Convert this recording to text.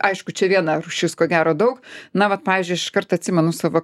aišku čia viena rūšis ko gero daug na vat pavyzdžiui aš iškart atsimenu savo